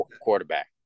quarterback